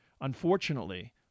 Unfortunately